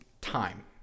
time